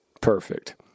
perfect